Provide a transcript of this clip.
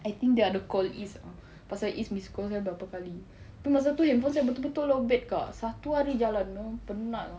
I think dia ada call izz [tau] pasal izz miss call saya berapa kali pun masa tu handphone saya betul-betul low battery kak satu hari jalan [tau] penat lah